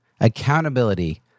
Accountability